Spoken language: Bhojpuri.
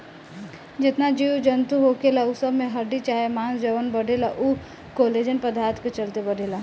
जेतना जीव जनतू होखेला उ सब में हड्डी चाहे मांस जवन बढ़ेला उ कोलेजन पदार्थ के चलते बढ़ेला